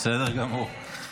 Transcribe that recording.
בסדר גמור.